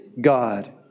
God